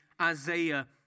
Isaiah